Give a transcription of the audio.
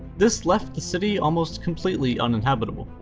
this left the city almost completely uninhabitable.